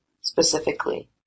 specifically